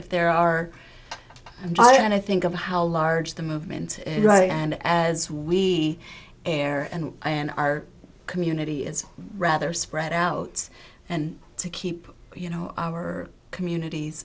if there are and i think of how large the movement and as we air and i and our community is rather spread out and to keep you know our communities